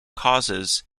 causes